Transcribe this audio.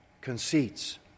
conceits